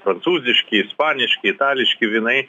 prancūziški ispaniški itališki vynai